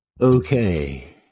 Okay